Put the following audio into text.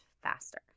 faster